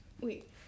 wait